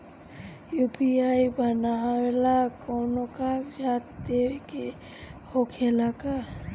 UPI बनावेला कौनो कागजात देवे के होखेला का?